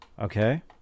Okay